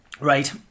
Right